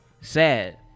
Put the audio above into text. Sad